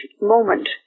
moment